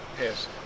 Yes